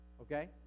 Okay